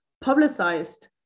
publicized